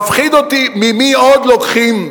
מפחיד אותי ממי עוד לוקחים,